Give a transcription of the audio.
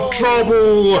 trouble